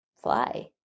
fly